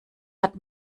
hat